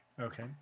Okay